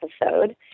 episode